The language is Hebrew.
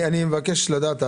אני מבקש לדעת.